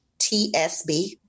tsb